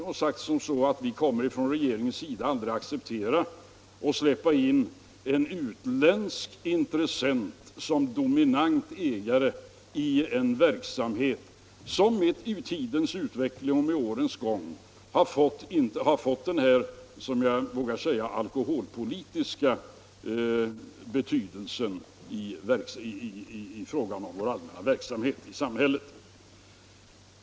På regeringens vägnar hade jag kunnat säga att vi aldrig kan acceptera att släppa in en utländsk intressent som dominant ägare i en verksamhet som med årens gång har fått den här alkoholpolitiska betydelsen i vårt samhälle.